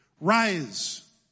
Rise